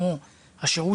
כמו השירות,